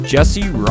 Jesse